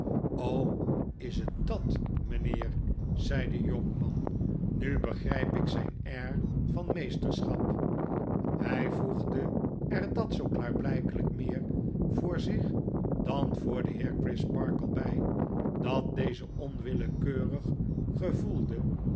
is het dat mflnneer zei de jonktnan nu begrgp ik zijn air van meesterv ey voegde er dat zoo klaarbltjkelyk meer voor zich dan voor den heer crisparkle bjj dat deze onwillekeurig gevoelde